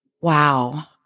Wow